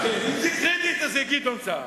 אם זה קרדיט, אז זה גדעון סער.